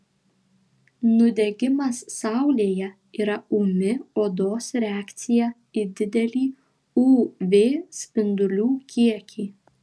nudegimas saulėje yra ūmi odos reakcija į didelį uv spindulių kiekį